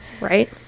Right